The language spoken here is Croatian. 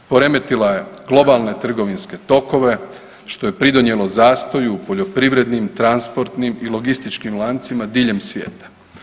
Poremetila je globalne trgovinske tokove, što je pridonijelo zastoju u poljoprivrednim, transportnim i logističkim lancima diljem svijeta.